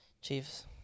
Chiefs